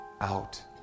out